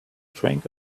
drink